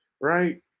right